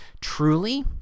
truly